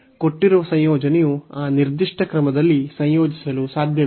ಕೊಟ್ಟಿರುವ ಸಂಯೋಜನೆಯು ಆ ನಿರ್ದಿಷ್ಟ ಕ್ರಮದಲ್ಲಿ ಸಂಯೋಜಿಸಲು ಸಾಧ್ಯವಿಲ್ಲ